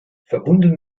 verbunden